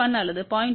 1 அல்லது 0